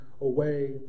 away